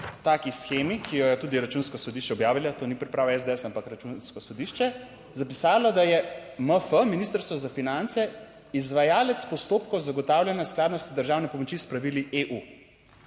taki shemi, ki jo je tudi Računsko sodišče objavilo, to ni pripravil SDS, ampak Računsko sodišče, zapisalo, da je MF - Ministrstvo za finance izvajalec postopkov zagotavljanja skladnosti državne pomoči s pravili EU.